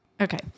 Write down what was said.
Okay